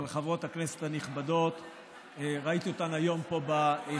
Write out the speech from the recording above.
ראיתי את חברות הכנסת הנכבדות היום בהיכל,